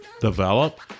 develop